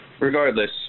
Regardless